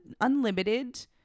unlimited